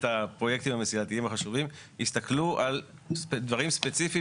את הפרויקטים המסילתיים החשובים הסתכלו על דברים ספציפיים